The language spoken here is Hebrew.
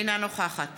אינה נוכחת